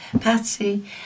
Patsy